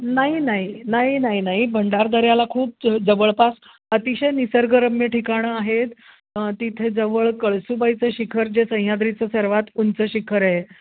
नाही नाही नाही नाही नाही भंडारदऱ्याला खूप जवळपास अतिशय निसर्गरम्य ठिकाणं आहेत तिथे जवळ कळसूबाईचं शिखर जे सह्याद्रीचं सर्वात उंच शिखर आहे